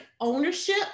ownership